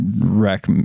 wreck